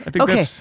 Okay